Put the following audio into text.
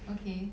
okay